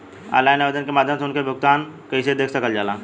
Online आवेदन के माध्यम से उनके भुगतान कैसे देखल जाला?